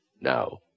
Now